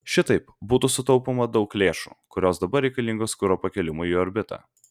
šitaip būtų sutaupoma daug lėšų kurios dabar reikalingos kuro pakėlimui į orbitą